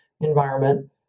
environment